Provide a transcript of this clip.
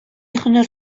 һөнәр